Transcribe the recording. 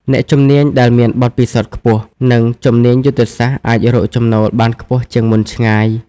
អ្នកជំនាញដែលមានបទពិសោធន៍ខ្ពស់ និងជំនាញយុទ្ធសាស្ត្រអាចរកចំណូលបានខ្ពស់ជាងមុនឆ្ងាយ។